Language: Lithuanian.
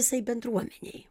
visai bendruomenei